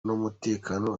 n’umutekano